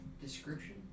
description